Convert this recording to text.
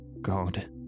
God